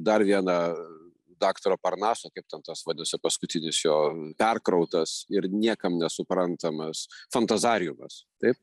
dar vieną daktaro parnaso kaip ten tas vadinosi paskutinis jo perkrautas ir niekam nesuprantamas fantazariumas taip